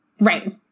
Right